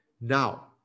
Now